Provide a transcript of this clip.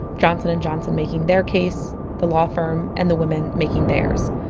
johnson and johnson making their case. the law firm and the women making theirs.